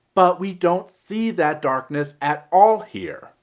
but we don't see that darkness at all here.